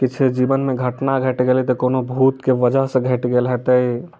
किछु जीवन मे घटना घटि गेलै तऽ कोनो भूत के वजह सँ घटि गेल हेतै